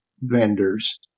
vendors